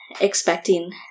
expecting